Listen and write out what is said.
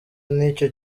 n’icyo